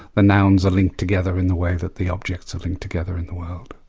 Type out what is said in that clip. the nouns are linked together in the way that the objects are linked together in the world.